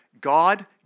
God